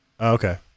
Okay